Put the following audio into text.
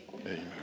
Amen